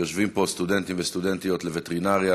שיושבים פה סטודנטים וסטודנטיות לווטרינריה